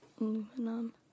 aluminum